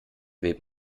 wählt